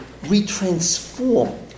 retransform